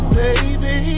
baby